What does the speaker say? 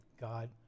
God